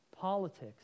politics